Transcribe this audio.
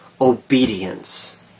obedience